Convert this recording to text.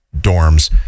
dorms